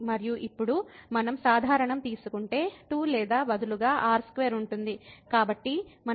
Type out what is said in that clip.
మరియు ఇప్పుడు మనం సాధారణం తీసుకుంటే 2 లేదా బదులుగా r2 ఉంటుంది కాబట్టి మనకు ఇక్కడ r2cos4θsin4θ